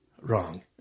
wrong